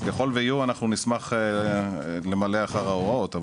אם תהיינה אנחנו נשמח למלא אחר ההוראות,